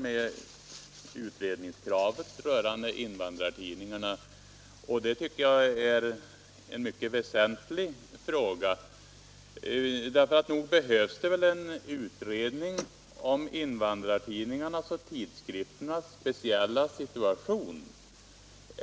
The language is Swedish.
med våra motionskrav när jag nöjde mig med kravet på en utredning rörande invandrartidningarna. Just detta tycker jag är ett mycket väsentligt krav. Nog behövs det en utredning om invandrartidningarnas och invandrartidskrifternas speciella situation.